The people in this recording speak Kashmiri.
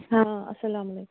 اسلامُ علیکُم